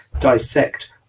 dissect